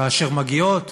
כאשר מגיעה